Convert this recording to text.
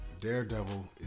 Daredevil